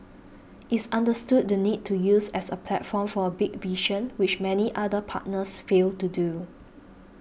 it's understood the need to use as a platform for a big vision which many other partners fail to do